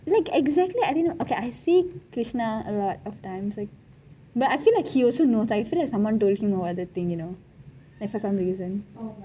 like exactly I didn't okay I see krishna a lot of times like but I feel like he also knows like feel like someone told him about the other thing you know for some reason